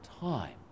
time